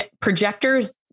projectors